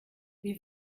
wie